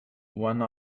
one